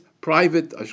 Private